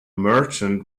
merchant